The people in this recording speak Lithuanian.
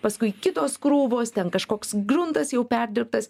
paskui kitos krūvos ten kažkoks gruntas jau perdirbtas